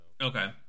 okay